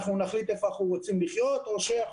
אנחנו נחליט איפה אנחנו רוצים לחיות או שאנחנו